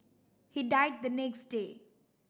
he died the next day